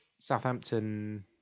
Southampton